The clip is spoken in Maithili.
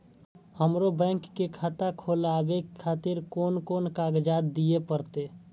हमरो बैंक के खाता खोलाबे खातिर कोन कोन कागजात दीये परतें?